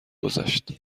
گذشت